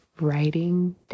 writing